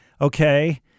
okay